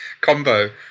combo